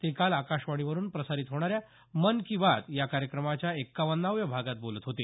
ते काल आकाशवाणीवरून प्रसारित होणाऱ्या मन की बात या कार्यक्रमाच्या एक्कावन्नाव्या भागात बोलत होते